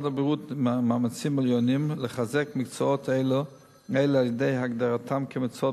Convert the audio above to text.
הבריאות מאמצים עליונים לחזק מקצועות אלה על-ידי הגדרתם כמקצועות